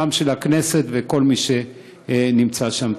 גם של הכנסת וכל מי שנמצא שם.